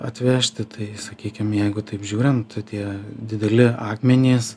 atvežti tai sakykim jeigu taip žiūrint tai tie dideli akmenys